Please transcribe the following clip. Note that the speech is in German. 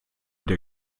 der